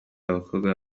abakobwa